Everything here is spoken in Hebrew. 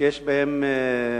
שיש בהם